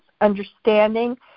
understanding